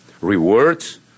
rewards